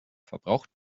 verbraucht